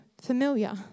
familiar